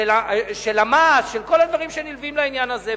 של המס, של כל הדברים שנלווים לעניין הזה.